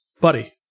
Buddy